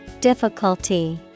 Difficulty